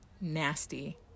nasty